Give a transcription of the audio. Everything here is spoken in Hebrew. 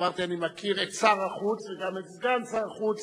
אמרתי: אני מכיר את שר החוץ וגם את סגן שר החוץ,